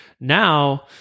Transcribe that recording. now